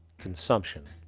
consumption.